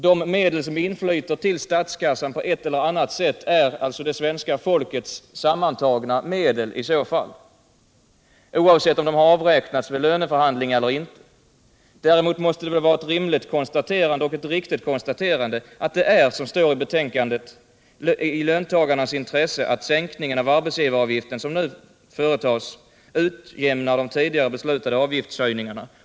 De medel som inflyter till statskassan på ett eller annat sätt är i så fall det svenska folkets sammantagna medel, oavsett om dessa har avräknats i löneförhandlingar eller ej. Det måste vara ett både rimligt och riktigt konstaterande, som det står i betänkandet, att det är i löntagarnas intresse att sänkningen av arbetsgivaravgiften, som nu företas, utjämnar de tidigare beslutade avgiftshöjningarna.